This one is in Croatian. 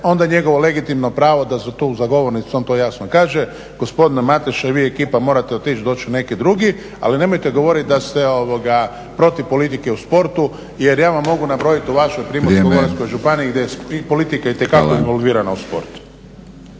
onda je njegovo legitimno pravo da za govornicom to jasno kaže, gospodine Mateša, vi i ekipa morate otići, doći neki drugi, ali nemojte govoriti da ste protiv politike u sportu jer ja vam mogu nabrojiti u vašoj Primorsko-goranskoj županiji gdje je politika itekako involvirana u sportu.